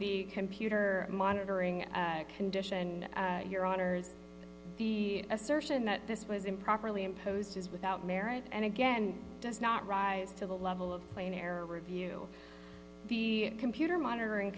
the computer monitoring condition your honor the assertion that this was improperly imposed is without merit and again does not rise to the level of play in error review the computer monitoring